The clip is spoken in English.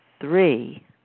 three